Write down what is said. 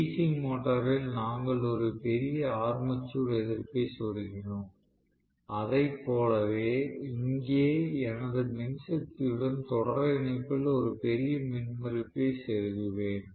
DC மோட்டரில் நாங்கள் ஒரு பெரிய ஆர்மேச்சர் எதிர்ப்பைச் செருகினோம் அதைப் போலவே இங்கே எனது மின்சக்தியுடன் தொடர் இணைப்பில் ஒரு பெரிய மின்மறுப்பைச் செருகுவேன்